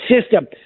system